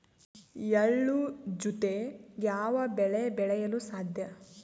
ಎಳ್ಳು ಜೂತೆ ಯಾವ ಬೆಳೆ ಬೆಳೆಯಲು ಸಾಧ್ಯ?